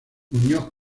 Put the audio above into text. muñoz